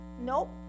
Nope